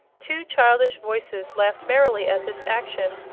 two childish voices laughed merrily at this action,